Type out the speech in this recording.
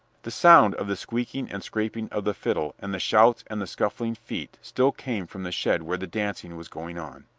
the sound of the squeaking and scraping of the fiddle and the shouts and the scuffling feet still came from the shed where the dancing was going on.